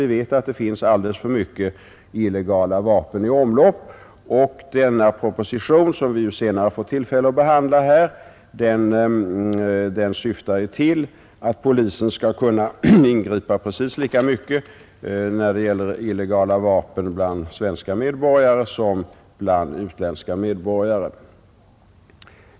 I vilken utsträckning det förekommer känner vi inte särskilt väl till, men propositionen — som vi senare får tillfälle att behandla — syftar till att ge polisen möjligheter att ingripa precis lika mycket när det gäller illegala vapen bland svenskar som bland utländska medborgare.